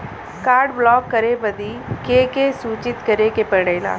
Card block करे बदी के के सूचित करें के पड़ेला?